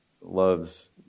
loves